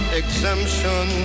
exemption